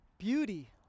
beauty